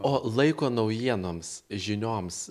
o laiko naujienoms žinioms